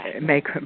make